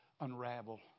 unravel